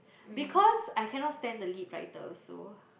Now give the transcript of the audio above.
because I cannot stand the lead writer also